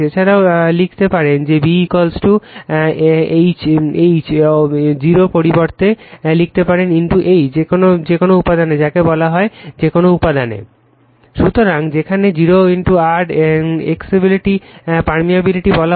এছাড়াও লিখতে পারেন যে B H 0 এর পরিবর্তে লিখতে পারেন H যেকোন উপাদানে যাকে বলে যে কোন উপাদানে সুতরাং যেখানে 0 r একে এবসলিউট পার্মিয়াবিলিটি বলা হয়